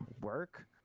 work